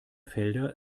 felder